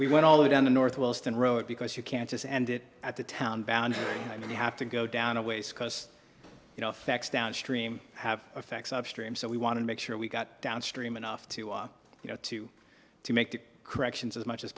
we went all the way down the northwestern road because you can't just end it at the town boundary i mean you have to go down a ways because you know effects downstream have effects upstream so we want to make sure we got downstream enough to walk you know to to make corrections as much as